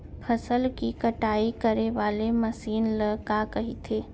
फसल की कटाई करे वाले मशीन ल का कइथे?